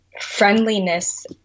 friendliness